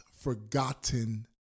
forgotten